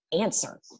answer